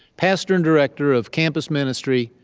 pastor and director of campus ministry,